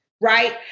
right